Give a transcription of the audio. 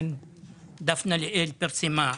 דפנה ליאל פרסמה,